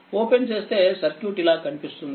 open చేస్తే circuit ఇలా కనిపిస్తుంది